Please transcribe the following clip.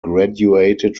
graduated